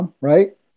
Right